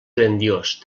grandiós